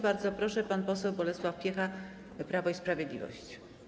Bardzo proszę, pan poseł Bolesław Piecha, Prawo i Sprawiedliwość.